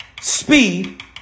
Speed